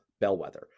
bellwether